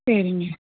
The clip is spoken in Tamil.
சரிங்க